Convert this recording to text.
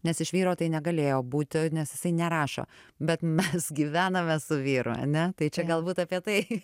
nes iš vyro tai negalėjo būti nes jisai nerašo bet mes gyvename su vyru ane tai čia galbūt apie tai